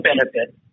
benefit